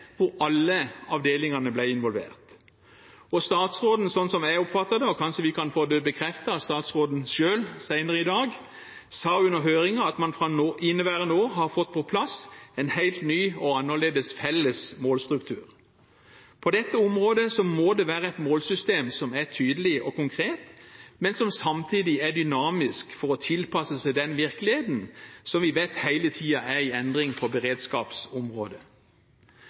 hvor alle avdelingene ble involvert. Statsråden sa, sånn jeg oppfattet det – kanskje vi kan få det bekreftet av statsråden selv senere i dag – under høringen at man fra inneværende år har fått på plass en helt ny og annerledes felles målstruktur. På dette området må det være et målsystem som er tydelig og konkret, men som samtidig er dynamisk, for å tilpasse seg den virkeligheten vi vet hele tiden er i endring på beredskapsområdet.